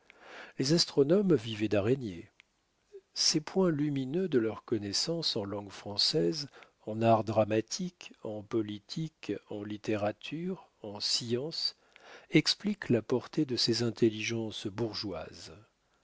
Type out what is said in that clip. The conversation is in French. les astronomes vivaient d'araignées ces points lumineux de leurs connaissances en langue française en art dramatique en politique en littérature en science expliquent la portée de ces intelligences bourgeoises